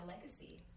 legacy